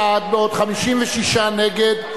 בעוד נגד,